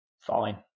Fine